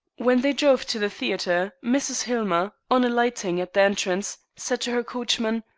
when they drove to the theatre mrs. hillmer, on alighting at the entrance, said to her coachman,